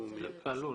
יהיה כלול.